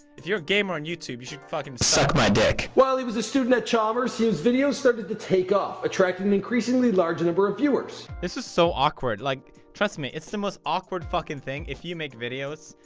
if your a gamer on youtube, you should fucking suck my dick. well, he was a student at chalmers his videos started to take off attracting an increasingly large number of viewers. this was so awkward like, trust me, it's the most awkward fucking thing. if you make videos,